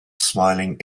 smiling